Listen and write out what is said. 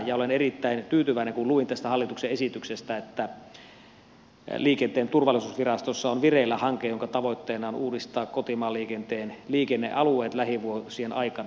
ja olen erittäin tyytyväinen kun luin tästä hallituksen esityksestä että liikenteen turvallisuusvirastossa on vireillä hanke jonka tavoitteena on uudistaa kotimaanliikenteen liikennealueet lähivuosien aikana